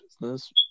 business